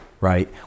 right